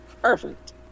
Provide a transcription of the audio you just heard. Perfect